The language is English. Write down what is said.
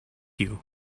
you